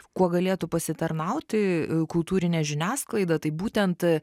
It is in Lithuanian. kuo galėtų pasitarnauti kultūrinė žiniasklaida tai būtent